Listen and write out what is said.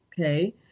okay